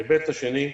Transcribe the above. ההיבט השני,